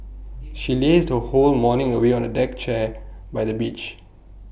she lazed her whole morning away on A deck chair by the beach